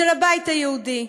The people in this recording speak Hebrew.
של הבית היהודי.